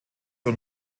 und